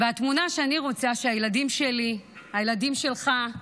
התמונה שאני רוצה שהילדים שלי, הילדים שלך,